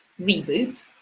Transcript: reboot